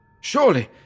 Surely